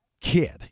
kid